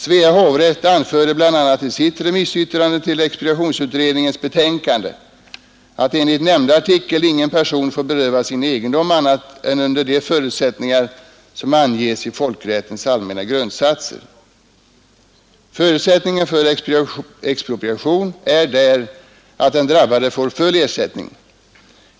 Svea hovrätt anförde bl.a. i sitt remissyttrande till expropriationsutredningens betänkande att enligt nämnda artikel ingen person får berövas sin egendom annat än under de förutsättningar som anges i folkrättens allmänna grundsatser. Förutsättningen för expropriation är där att den drabbade får full ersättning.